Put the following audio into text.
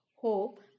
Hope